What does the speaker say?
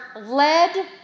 led